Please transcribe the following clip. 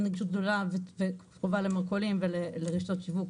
נגישות גדולה וקרובה למרכולים ולרשתות שיווק.